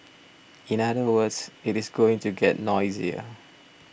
in other words it is going to get noisier